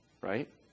Right